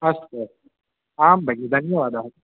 अस्तु आं भगि धन्यवादाः